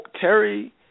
Terry